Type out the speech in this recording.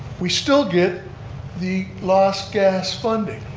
we still get the lost gas funding